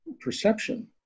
perception